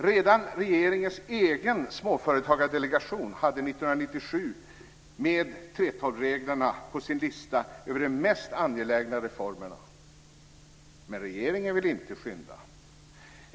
Redan regeringens egen småföretagsdelegation hade år 1997 med 3:12-reglerna på sin lista över de mest angelägna reformerna. Men regeringen vill inte skynda.